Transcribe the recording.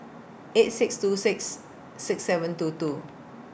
eight six two six six seven two two